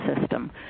system